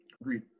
Agreed